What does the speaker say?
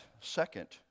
second